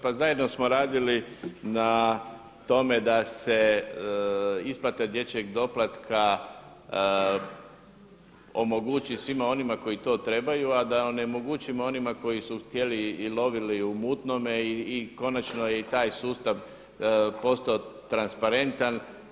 Pa zajedno samo radili na tome da se isplate dječjeg doplatka omogući svima onima koji to trebaju, a da onemogućimo onima koji su htjeli i lovili u mutnome i konačno je i taj sustav postao transparentan.